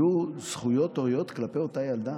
יהיו זכויות הוריות כלפי אותה ילדה?